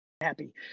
happy